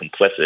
complicit